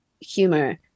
humor